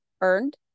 earned